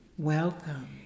welcome